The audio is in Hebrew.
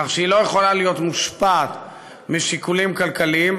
כך שהיא לא יכולה להיות מושפעת משיקולים כלכליים,